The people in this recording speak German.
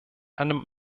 einem